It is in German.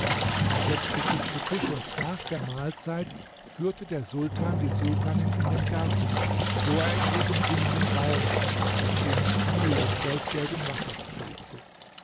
man setzte sich zu tisch und nach der mahlzeit führte der sultan die sultanin in den garten wo er ihr den singenden baum und das schöne spiel des goldgelben wassers zeigte